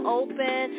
open